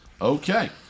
Okay